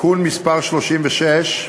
(תיקון מס' 36),